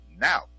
now